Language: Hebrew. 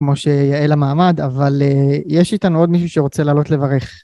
כמו שיאה המעמד אבל יש איתנו עוד מישהו שרוצה לעלות לברך.